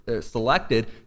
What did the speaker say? selected